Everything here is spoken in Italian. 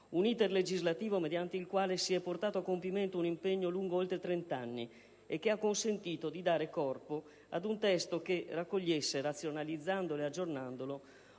un *iter* legislativo mediante il quale si è portato a compimento un impegno lungo oltre trent'anni e che ha consentito di dare corpo ad un testo che raccogliesse, razionalizzandolo ed aggiornandolo,